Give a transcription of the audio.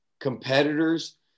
competitors